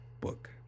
book